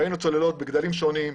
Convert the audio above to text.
ראינו צוללות בגדלים שונים,